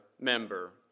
member